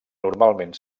normalment